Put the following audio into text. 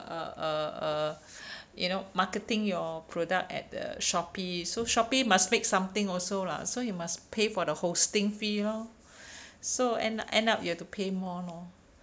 a a a you know marketing your product at the shopee so shopee must make something also lah so you must pay for the hosting fee lor so end end up you have to pay more lor